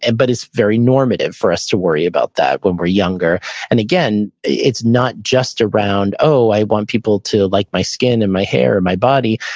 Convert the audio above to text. and but it's very normative for us to worry about that when we're younger and again, it's not just around, i want people to like my skin and my hair, my body.